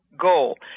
goal